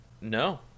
No